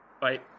Bye